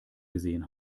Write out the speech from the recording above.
gesehen